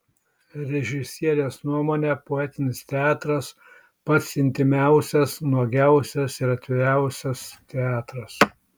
režisierės nuomone poetinis teatras pats intymiausias nuogiausias ir atviriausias teatras